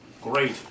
Great